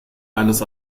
eines